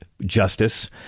justice